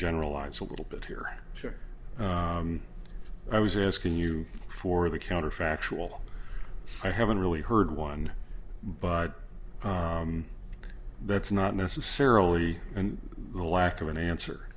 generalize a little bit here i was asking you for the counterfactual i haven't really heard one but that's not necessarily and the lack of an answer